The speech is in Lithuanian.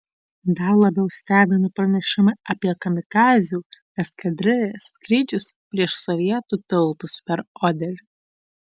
dar labiau stebina pranešimai apie kamikadzių eskadrilės skrydžius prieš sovietų tiltus per oderį